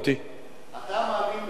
אתה מאמין במה שאתה אומר,